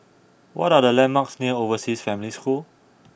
what are the landmarks near Overseas Family School